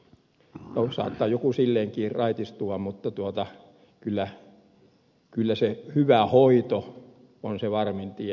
no saattaa joku silleenkin raitistua mutta kyllä se hyvä hoito on se varmin tie